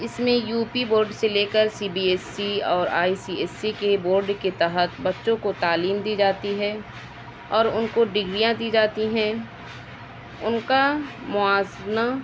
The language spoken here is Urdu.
اس میں یو پی بورڈ سے لے کر سی بی ایس سی اور آئی سی ایس سی کے بورڈ کے تحت بچوں کو تعلیم دی جاتی ہے اور ان کو ڈگریاں دی جاتی ہیں ان کا موازنہ